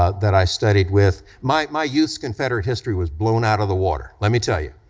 ah that i studied with, my my youth's confederate history was blown out of the water, let me tell you.